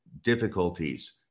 difficulties